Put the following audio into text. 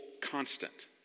constant